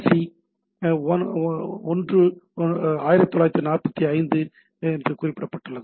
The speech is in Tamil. சி 1945 குறிப்பிடப்பட்டுள்ளது